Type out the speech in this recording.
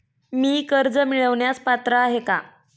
मी कर्ज मिळवण्यास पात्र आहे का?